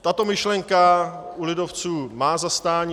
Tato myšlenka u lidovců má zastání.